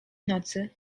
nocy